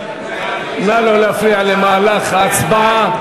נא לא להפריע למהלך ההצבעה.